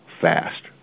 fast